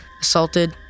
assaulted